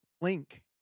link